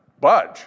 budge